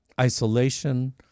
isolation